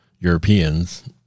Europeans